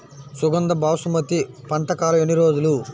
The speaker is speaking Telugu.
సుగంధ బాసుమతి పంట కాలం ఎన్ని రోజులు?